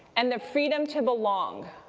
and the freedom to belong,